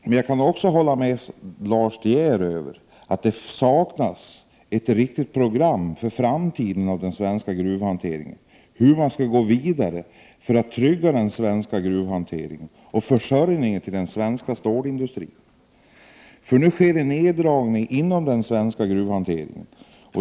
Men jag kan hålla med Lars De Geer om att det saknas ett riktigt program för den svenska gruvhanteringens framtid — hur man skall gå vidare för att trygga den svenska gruvhanteringen och försörjningen av malm till den svenska stålindustrin. Nu sker det neddragningar inom den svenska gruvhanteringen.